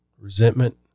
Resentment